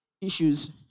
issues